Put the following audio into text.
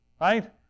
right